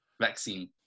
vaccine